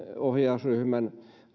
ohjausryhmän